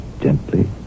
gently